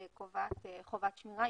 קובעת חובת שמירה.